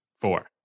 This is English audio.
four